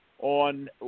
on